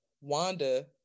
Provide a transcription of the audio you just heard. Wanda